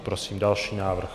Prosím další návrh.